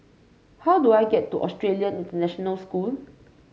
how do I get to Australian International School